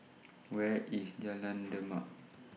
Where IS Jalan Demak